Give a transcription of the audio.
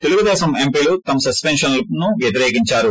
తెలుగుదేశం ఎంపీలు తమ సస్పెన్నలను వ్యతిరేకించారు